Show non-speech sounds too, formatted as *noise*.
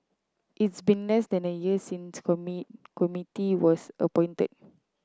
it's been less than a year since *unintelligible* committee was appointed